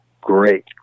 great